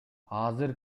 азыр